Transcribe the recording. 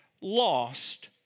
lost